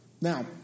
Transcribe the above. Now